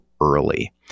early